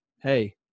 hey